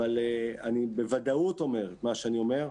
אבל אני בוודאות אומר את מה שאני אומר,